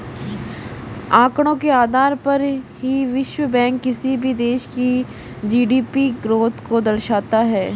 आंकड़ों के आधार पर ही विश्व बैंक किसी भी देश की जी.डी.पी ग्रोथ को दर्शाता है